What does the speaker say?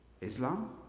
Islam